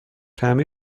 تعمیر